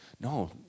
No